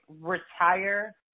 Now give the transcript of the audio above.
retire